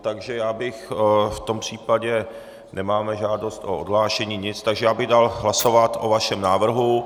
Takže já bych v tom případě nemáme žádost o odhlášení, nic takže já bych dal hlasovat o vašem návrhu.